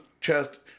chest